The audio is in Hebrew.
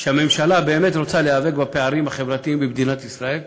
שהממשלה באמת רוצה להיאבק בפערים החברתיים במדינת ישראל,